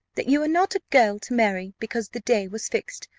that you are not a girl to marry, because the day was fixed,